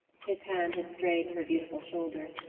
his hand had strayed to her beautiful shoulders,